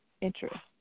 interest